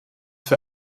für